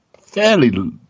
fairly